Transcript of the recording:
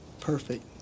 perfect